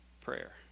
prayer